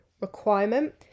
requirement